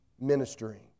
Ministering